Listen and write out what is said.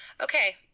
Okay